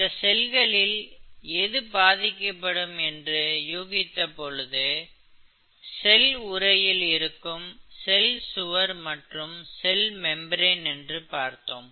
இந்த செல்களில் எது பாதிக்கப்படும் என்று யூகித்த பொழுது செல் உறையில் இருக்கும் செல் சுவர் மற்றும் செல் மெம்பிரன் என்று பார்த்தோம்